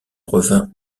revint